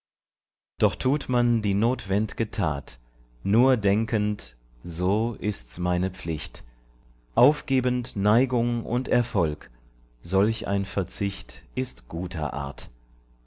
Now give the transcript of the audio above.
doch tut man die notwend'ge tat nur denkend so ist's meine pflicht aufgebend neigung und erfolg solch ein verzicht ist guter art